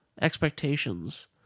expectations